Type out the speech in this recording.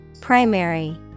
Primary